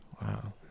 Wow